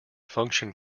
function